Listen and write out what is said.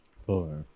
four